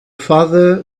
father